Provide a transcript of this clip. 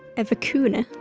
a vicuna?